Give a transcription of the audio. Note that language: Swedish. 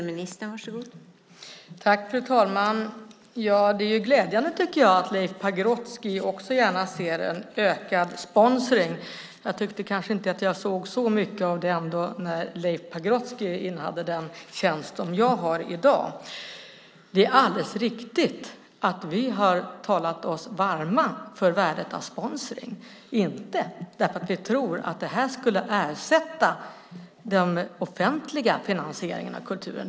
Fru talman! Det är glädjande att Leif Pagrotsky också gärna ser en ökad sponsring. Jag tyckte kanske inte att jag såg så mycket av det ändå när Leif Pagrotsky innehade den tjänst som jag har i dag. Det är alldeles riktigt att vi har talat oss varma för värdet av sponsring. Det är inte för att vi tror att det här skulle ersätta den offentliga finansieringen av kulturen.